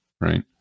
right